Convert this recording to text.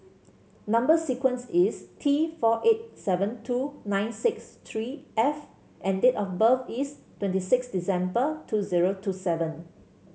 number sequence is T four eight seven two nine six three F and date of birth is twenty six December two zero two seven